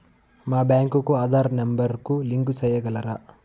మా బ్యాంకు కు ఆధార్ నెంబర్ కు లింకు సేయగలరా?